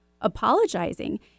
Apologizing